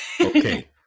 Okay